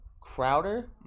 Crowder